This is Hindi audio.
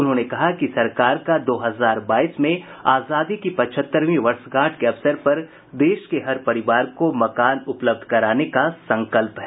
उन्होंने कहा कि सरकार का दो हजार बाईस में आजादी की पचहत्तरवीं वर्षगांठ के अवसर पर देश के हर परिवार को मकान उपलब्ध कराने का संकल्प है